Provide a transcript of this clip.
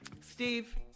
Steve